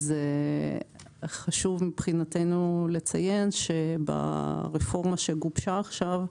חשוב מבחינתנו לציין שברפורמה שגובשה עכשיו,